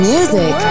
Music